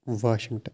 Washington